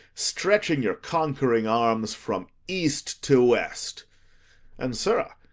stretching your conquering arms from east to west and, sirrah,